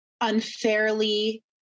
unfairly